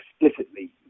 explicitly